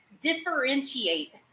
differentiate